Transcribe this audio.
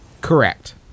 Correct